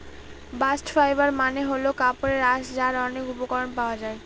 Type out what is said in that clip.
bast fibre মানে হল কাপড়ের আঁশ যার অনেক উপকরণ পাওয়া যায়